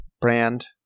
brand